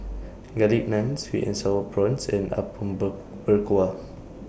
Garlic Naan Sweet and Sour Prawns and Apom Berkuah